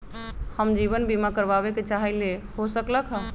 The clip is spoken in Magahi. हम जीवन बीमा कारवाबे के चाहईले, हो सकलक ह?